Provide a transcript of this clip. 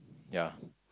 ya